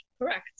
Correct